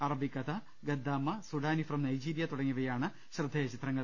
Arabikkatha Gaddama Sudani from Nigeria തുടങ്ങിയവയാണ് ശ്രദ്ധേയചിത്രങ്ങൾ